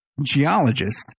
geologist